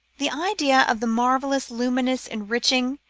the idea of the marvellous, luminous, enriching,